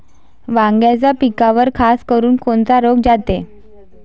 वांग्याच्या पिकावर खासकरुन कोनचा रोग जाते?